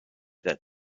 that